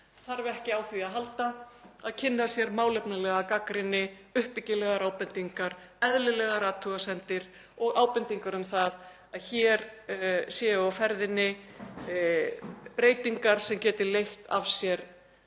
þarf ekki á því að halda að kynna sér málefnalega gagnrýni, uppbyggilegar ábendingar, eðlilegar athugasemdir og ábendingar um það að hér séu á ferðinni breytingar sem geti leitt af sér